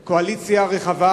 בה קואליציה רחבה,